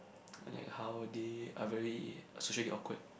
like how they are very uh socially awkward